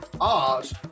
art